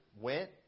went